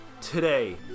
Today